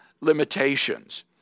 limitations